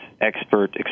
expert